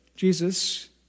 Jesus